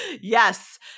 yes